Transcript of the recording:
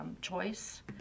choice